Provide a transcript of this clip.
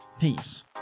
Peace